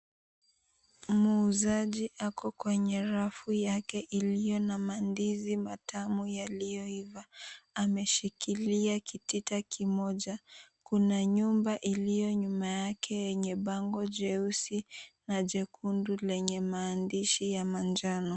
Muuzaji ako kwenye rafu yake iliyo na mandizi matamu yaliyoiva ameshikilia kitita kimoja. Kuna nyumba iliyo nyuma yake yenye bango jeusi na jekundu yenye maandishi ya manjano.